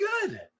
good